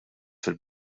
fil